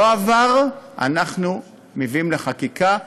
לא עבר, אנחנו מביאים לחקיקה,